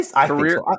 Career